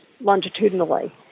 longitudinally